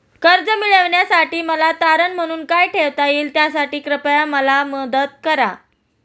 कर्ज मिळविण्यासाठी मला तारण म्हणून काय ठेवता येईल त्यासाठी कृपया मला मदत करा